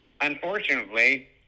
Unfortunately